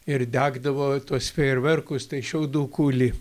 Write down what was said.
ir degdavo tuos fejerverkus tai šiaudų kūlį